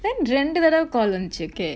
then ரெண்டு தடவ:rendu thadava call வன்சு:vanchu okay